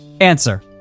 Answer